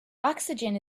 oxygen